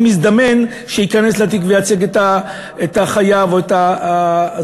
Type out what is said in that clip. מזדמן שייכנס לתיק וייצג את החייב או את הזוכה.